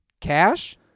Cash